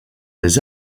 des